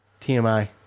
TMI